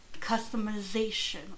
customization